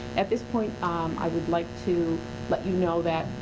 at this point i would like to let you know that,